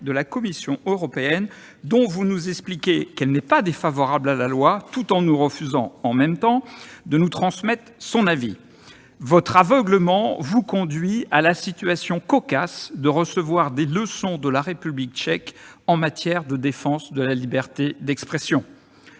de la Commission européenne, dont vous nous expliquez qu'elle n'est pas défavorable au texte, tout en refusant, en même temps, de nous transmettre son avis. Votre aveuglement vous conduit à la situation cocasse de recevoir des leçons de la République tchèque en matière de défense de la liberté d'expression.